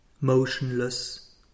motionless